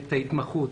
את ההתמחות.